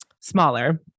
smaller